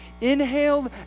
inhaled